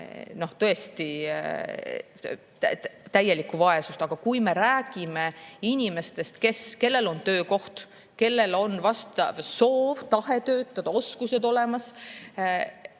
seda tõesti täielikku vaesust. Aga kui me räägime inimestest, kellel on töökoht, kellel on soov, tahe töötada, oskused olemas,